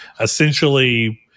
essentially